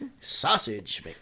Sausage